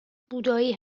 بودایی